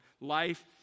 Life